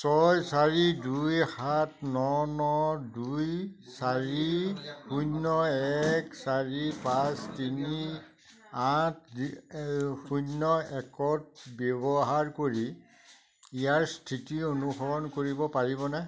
ছয় চাৰি দুই সাত ন ন দুই চাৰি শূন্য এক চাৰি পাঁচ তিনি আঠ শূন্য একত ব্যৱহাৰ কৰি ইয়াৰ স্থিতি অনুসৰণ কৰিব পাৰিবনে